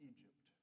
Egypt